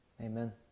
Amen